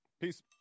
Peace